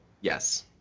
yes